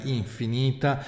infinita